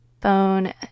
phone